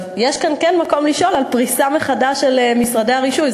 יש כאן כן מקום לשאול על פריסה מחדש של משרדי הרישוי,